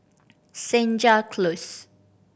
Senja Close